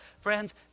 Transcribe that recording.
Friends